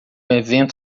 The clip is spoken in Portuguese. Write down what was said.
evento